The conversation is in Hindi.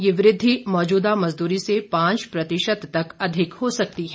यह वृद्वि मौजूदा मजदूरी से पांच प्रतिशत तक अधिक हो सकती है